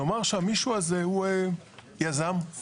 נאמר שהמישהו הזה הוא יזם או קבלן.